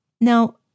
Now